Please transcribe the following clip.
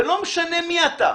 ולא משנה מי אתה.